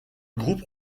groupe